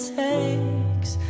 takes